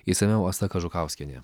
išsamiau asta kažukauskienė